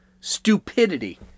stupidity